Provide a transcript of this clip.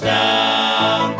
down